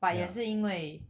but 也是因为